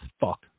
fuck